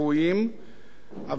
אבל מה לעשות?